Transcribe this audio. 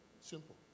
Simple